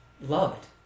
loved